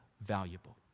valuable